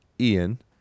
ian